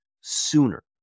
sooner